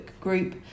group